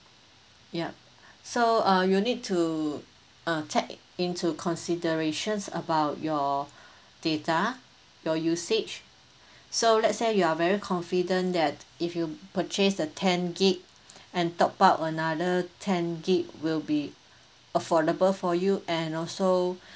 yup so uh you need to uh take into considerations about your data your usage so let's say you are very confident that if you purchase the ten gig and top up another ten gig will be affordable for you and also